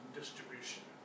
distribution